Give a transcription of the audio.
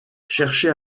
cherchez